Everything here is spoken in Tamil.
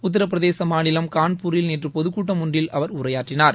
உத்தரப்பிரதேச மாநிலம் கான்பூரில் நேற்று பொதுக்கூட்டம் ஒன்றில் அவர் உரையாற்றினார்